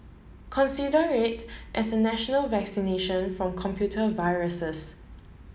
consider it as national vaccination from computer viruses